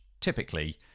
typically